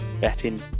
betting